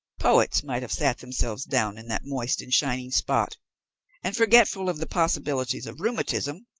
poets might have sat themselves down in that moist and shining spot and, forgetful of the possibilities of rheumatism,